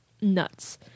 nuts